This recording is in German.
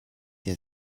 der